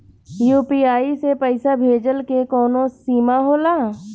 UPI से पईसा भेजल के कौनो सीमा होला?